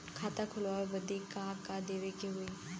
खाता खोलावे बदी का का देवे के होइ?